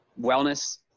wellness